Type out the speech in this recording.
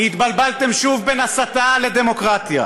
כי התבלבלתם שוב בין הסתה לדמוקרטיה,